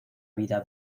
vida